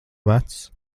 vecs